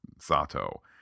Sato